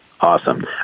Awesome